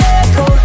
echo